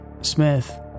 Smith